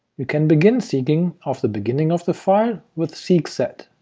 you can begin seeking of the beginning of the file with seek set